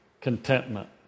contentment